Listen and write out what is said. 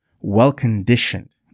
well-conditioned